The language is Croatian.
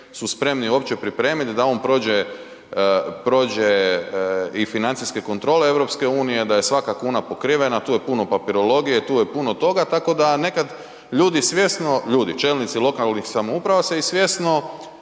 su spremni uopće pripremiti da on prođe, prođe i financijske kontrole EU, da je svaka kuna pokrivena, tu je puno papirologije, tu je puno toga, tako da nekad ljudi svjesno, ljudi, čelnici lokalnih samouprava se i svjesno